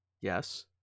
Yes